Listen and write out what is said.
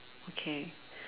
okay